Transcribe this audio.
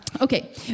Okay